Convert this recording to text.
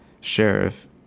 sheriff